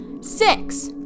six